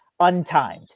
untimed